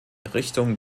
richtung